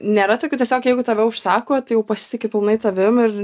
nėra tokių tiesiog jeigu tave užsako tai jau pasitiki pilnai tavimi ir